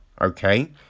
okay